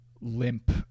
limp